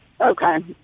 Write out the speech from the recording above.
Okay